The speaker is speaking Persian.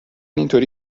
اینطوری